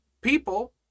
people